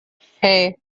hey